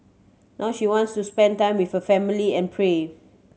now she wants to spend time with her family and pray